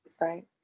right